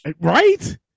right